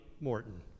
Morton